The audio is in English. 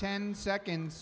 ten seconds